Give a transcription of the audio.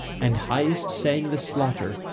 and highest sang the slaughter,